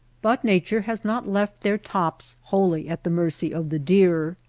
but nature has not left their tops wholly at the mercy of the deer.